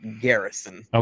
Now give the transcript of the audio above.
Garrison